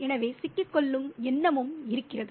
எனவே சிக்கிக்கொள்ளும் எண்ணமும் இருக்கிறது